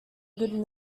good